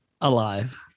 Alive